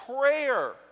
prayer